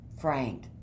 frank